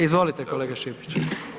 Izvolite kolega Šipić.